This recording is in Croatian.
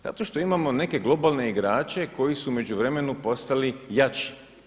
Zato što imamo neke globalne igrače koji su u međuvremenu postali jači.